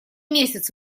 месяц